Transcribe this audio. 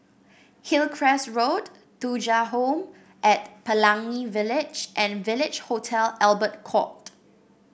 Hillcrest Road Thuja Home at Pelangi Village and Village Hotel Albert Court